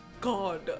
God